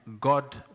God